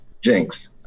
jinx